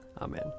Amen